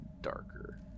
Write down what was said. darker